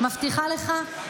מבטיחה לך,